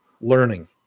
learning